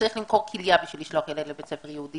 צריך למכור כליה בשביל לשלוח ילד לבית ספר יהודי,